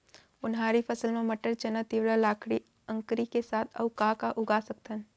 उनहारी फसल मा मटर, चना, तिंवरा, लाखड़ी, अंकरी के साथ अऊ का का उगा सकथन?